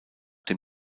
dem